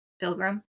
pilgrim